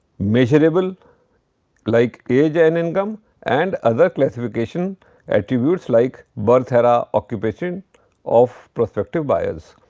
measurable like age and income and other classification attributes like birth era, occupation of prospective buyers.